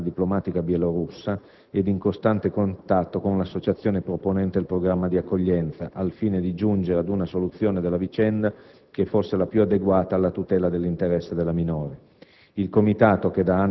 nonché con la rappresentanza diplomatica bielorussa e in costante contatto con l'associazione proponente il programma di accoglienza, al fine di giungere ad una soluzione della vicenda che fosse la più adeguata alla tutela dell'interesse della minore.